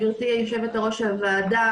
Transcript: גברתי יושבת-ראש הוועדה,